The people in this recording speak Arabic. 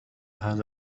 هذا